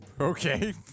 Okay